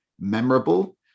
memorable